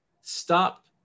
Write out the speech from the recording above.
stop